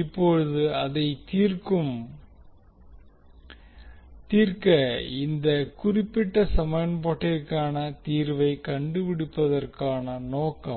இப்போது அதைத் தீர்க்க இந்த குறிப்பிட்ட சமன்பாட்டிற்கான தீர்வைக் கண்டுபிடிப்பதற்கான நோக்கம்